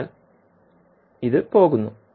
അതിനാൽ ഇത് പോകുന്നു